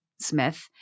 Smith